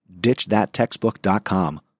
ditchthattextbook.com